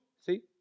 see